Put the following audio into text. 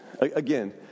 Again